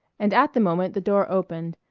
and at the moment the door opened,